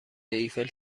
ایفل